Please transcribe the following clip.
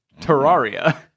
Terraria